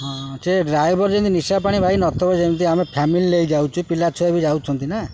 ହଁ ସେ ଡ୍ରାଇଭର୍ ଯେମିତି ନିଶାପାଣି ଭାଇ ନଥିବ ଯେମିତି ଆମେ ଫ୍ୟାମିଲି ନେଇ ଯାଉଛୁ ପିଲା ଛୁଆ ବି ଯାଉଛନ୍ତି ନା